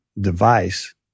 device